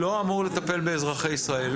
לא אמור לטפל באזרחי ישראל.